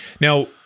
Now